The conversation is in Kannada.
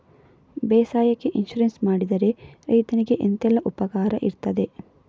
ಬೇಸಾಯಕ್ಕೆ ಇನ್ಸೂರೆನ್ಸ್ ಮಾಡಿದ್ರೆ ರೈತನಿಗೆ ಎಂತೆಲ್ಲ ಉಪಕಾರ ಇರ್ತದೆ?